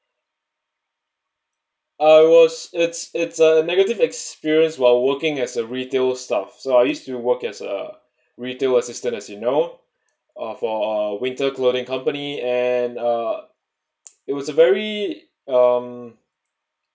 I was it's it's a negative experience while working as a retail staff I used to work as a retail assistant as you know of a winter clothing company and uh it was a very um